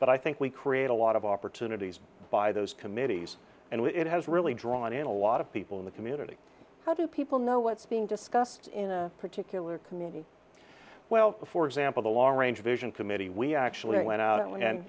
but i think we create a lot of opportunities by those committees and it has really drawn in a lot of people in the community how do people know what's being discussed in a particular community well for example the l'orange vision committee we actually went out and